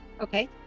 Okay